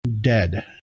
dead